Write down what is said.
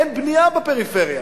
אין בנייה בפריפריה.